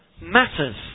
matters